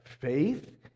faith